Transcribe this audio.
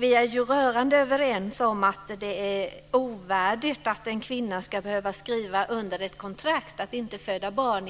Vi är rörande överens om att det är ovärdigt att en kvinna i och med en anställningsintervju ska behöva skriva under en kontrakt om att inte föda barn.